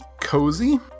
Cozy